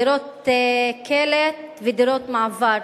דירות קלט ודירות מעבר.